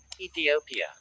Ethiopia